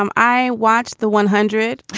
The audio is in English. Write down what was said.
um i watched the one hundred.